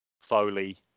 Foley